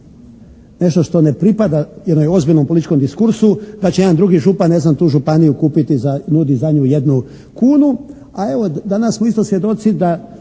nešto što ne pripada jednom ozbiljnom političkom diskursu da će jedan drugi župan ne znam tu županiju kupiti, nudi za nju jednu kunu. A evo, danas smo isto svjedoci da